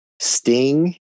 sting